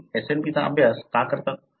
तुम्ही SNP चा अभ्यास का करता